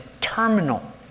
terminal